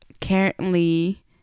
currently